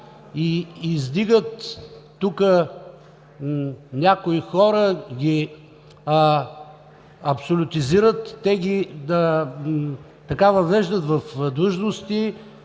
и издигат, тук някои хора ги абсолютизират, те ги въвеждат в длъжности,